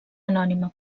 anònima